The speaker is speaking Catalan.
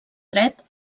dret